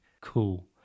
cool